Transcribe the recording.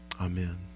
Amen